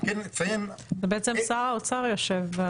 בעצם שר האוצר יושב.